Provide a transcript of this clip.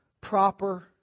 proper